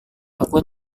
aku